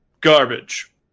garbage